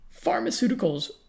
Pharmaceuticals